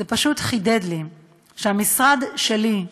זה פשוט חידד לי שהמשרד שלי,